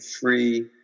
free